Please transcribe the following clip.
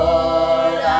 Lord